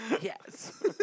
Yes